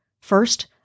First